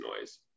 noise